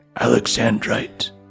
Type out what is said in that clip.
Alexandrite